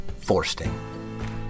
Forsting